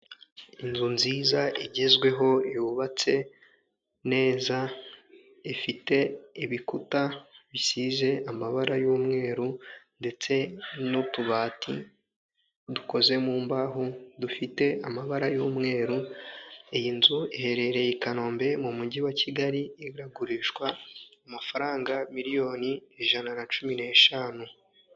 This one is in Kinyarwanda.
Inzu nziza igezweho yubatse neza ifite ibikuta bisize amabara y'umweru ndetse n'utubati dukoze mu mbaho dufite amabara y'umweru iyi nzu iherereye i Kanombe mu mujyi wa Kigali iragurishwa amafaranga miliyoni ijana na cumi n'eshanu.